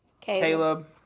Caleb